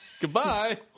Goodbye